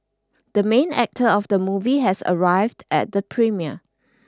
the main actor of the movie has arrived at the premiere